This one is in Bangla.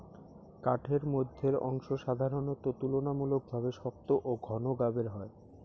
কাঠের মইধ্যের অংশ সাধারণত তুলনামূলকভাবে শক্ত ও ঘন গাবের হয়